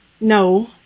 No